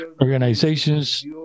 organizations